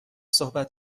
صحبت